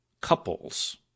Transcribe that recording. couples